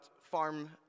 farm